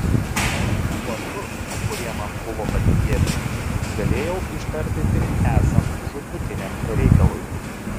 elfų vardus kurie man buvo patikėti galėjau ištarti tik esant žūtbūtiniam reikalui